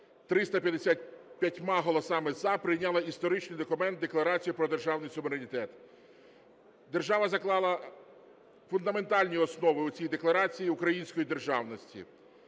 355 голосами "за", прийняла історичний документ – Декларацію про державний суверенітет. Держава заклала фундаментальні основи в цій декларації української державності.